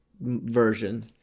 version